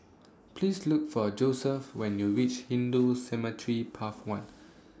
Please Look For Josephus when YOU REACH Hindu Cemetery Path one